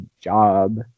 job